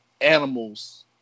animals